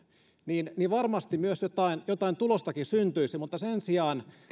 niin niin varmasti jotain jotain tulostakin syntyisi mutta